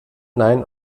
nein